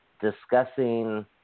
discussing